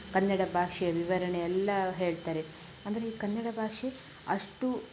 ಕನ್ನಡ ಭಾಷೆಯ ವಿವರಣೆ ಎಲ್ಲ ಹೇಳ್ತಾರೆ ಅಂದರೆ ಈ ಕನ್ನಡ ಭಾಷೆ ಅಷ್ಟು